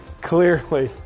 clearly